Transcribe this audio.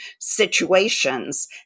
situations